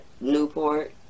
Newport